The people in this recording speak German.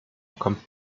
kommt